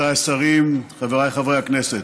רבותיי השרים, חבריי חברי הכנסת,